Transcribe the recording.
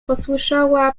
posłyszała